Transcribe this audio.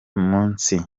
munsi